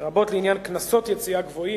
לרבות לעניין קנסות יציאה גבוהים.